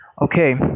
Okay